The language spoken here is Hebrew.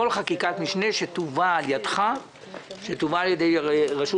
כל חקיקת משנה שתובא על ידך ועל ידי רשות